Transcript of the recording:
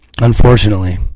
Unfortunately